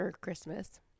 Christmas